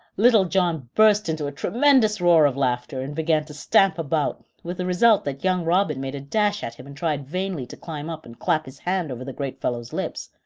little john burst into a tremendous roar of laughter, and began to stamp about, with the result that young robin made a dash at him and tried vainly to climb up and clap his hand over the great fellow's lips.